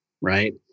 right